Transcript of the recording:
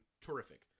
terrific